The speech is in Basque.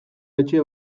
etxe